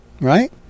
right